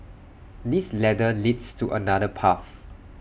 this ladder leads to another path